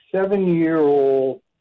seven-year-old